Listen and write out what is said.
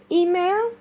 email